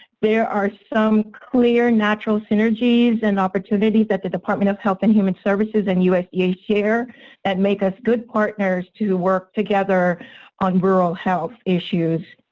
there are some clear natural synergies and opportunities that the department of health and human services and usda yeah share that make us good partners to work together on rural health issues.